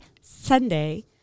Sunday